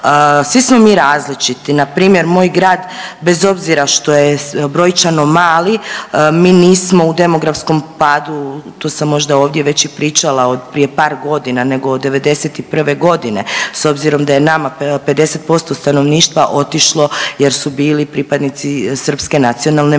Svi smo mi različiti. Na primjer moj grad bez obzira što je brojčano mali mi nismo u demografskom padu. Tu sam možda ovdje već i pričala od prije par godina nego od 1991. godine s obzirom da je nama 50% stanovništva otišlo jer su bili pripadnici srpske nacionalne manjine.